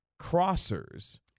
crossers